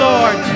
Lord